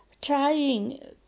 trying